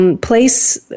place